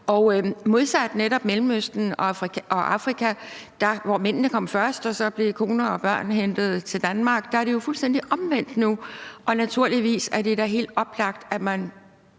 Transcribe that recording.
og modsat netop dem fra Mellemøsten og Afrika, hvor mændene kom først og koner og børn så blev hentet til Danmark. Her er det jo nu fuldstændig omvendt, og naturligvis er det da helt oplagt, at man